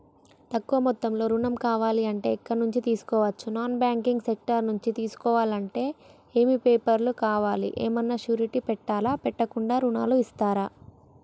తక్కువ మొత్తంలో ఋణం కావాలి అంటే ఎక్కడి నుంచి తీసుకోవచ్చు? నాన్ బ్యాంకింగ్ సెక్టార్ నుంచి తీసుకోవాలంటే ఏమి పేపర్ లు కావాలి? ఏమన్నా షూరిటీ పెట్టాలా? పెట్టకుండా ఋణం ఇస్తరా?